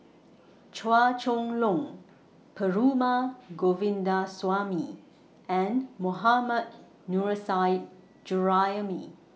Chua Chong Long Perumal Govindaswamy and Mohammad Nurrasyid Juraimi